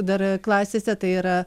dar klasėse tai yra